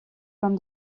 from